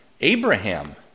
Abraham